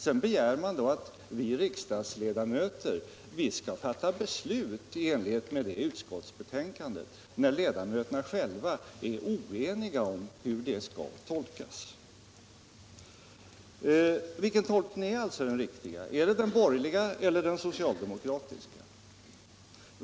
Sedan begär man att vi riksdagsledamöter skall fatta beslut i enlighet med det utskottsbetänkandet — när utskottsledamöterna själva är ocniga om hur det skall tolkas. Vilken tolkning är den riktiga? Är det den borgerliga eller den socialdemokratiska?